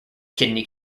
kidney